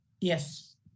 Yes